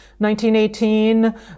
1918